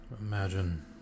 Imagine